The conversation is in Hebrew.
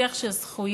לשיח של זכויות,